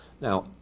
Now